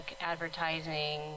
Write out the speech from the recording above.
advertising